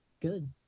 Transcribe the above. Good